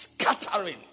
scattering